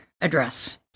address